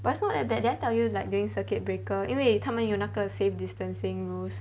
but it's not that that did I tell you like during circuit breaker 因为他们有那个 safe distancing rules